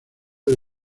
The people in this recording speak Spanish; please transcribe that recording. del